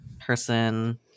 person